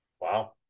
wow